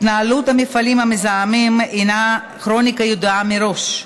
התנהלות המפעלים המזהמים הינה כרוניקה ידועה מראש.